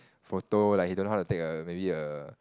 photo like he don't know how to take a maybe a